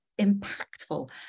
impactful